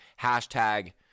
hashtag